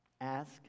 ask